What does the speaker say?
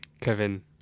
Kevin